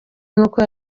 n’uko